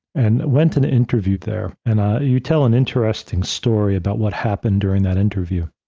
and went and interviewed there. and you tell an interesting story about what happened during that interview.